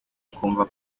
akumva